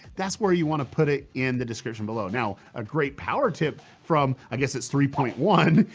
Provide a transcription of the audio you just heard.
that's where you want to put it in the description below. now a great power tip from i guess it's three point one,